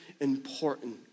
important